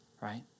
right